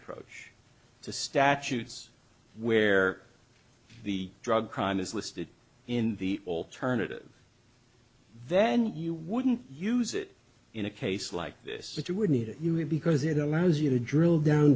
approach to statutes where the drug crime is listed in the alternative then you wouldn't use it in a case like this but you would need it you would because it allows you to drill down